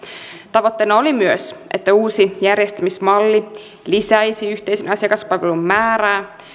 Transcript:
tavoitteena oli myös että uusi järjestämismalli lisäisi yhteisen asiakaspalvelun määrää